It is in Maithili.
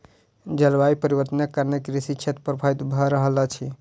जलवायु परिवर्तनक कारणेँ कृषि क्षेत्र प्रभावित भअ रहल अछि